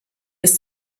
ist